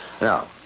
Now